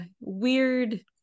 weird